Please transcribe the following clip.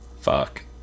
Fuck